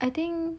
I think